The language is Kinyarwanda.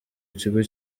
kigo